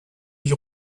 lui